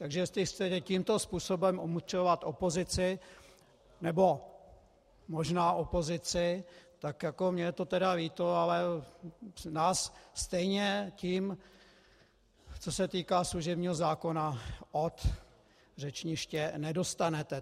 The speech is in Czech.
Takže jestli chcete tímto způsobem umlčovat opozici, nebo možná opozici, tak jako mně je to teda líto, ale nás stejně tím, co se týká služebního zákona, od řečniště nedostanete.